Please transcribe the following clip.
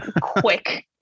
quick